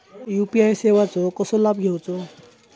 UPI सेवाचो कसो लाभ घेवचो?